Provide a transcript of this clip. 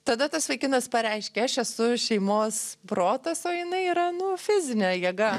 tada tas vaikinas pareiškė aš esu šeimos protas o jinai yra nu fizinė jėga